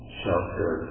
shelter